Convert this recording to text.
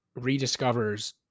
rediscovers